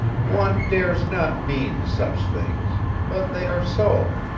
one dares not mean such things but they are so.